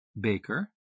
baker